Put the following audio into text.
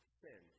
sin